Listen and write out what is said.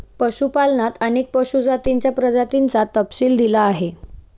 पशुपालनात अनेक पशु जातींच्या प्रजातींचा तपशील दिला आहे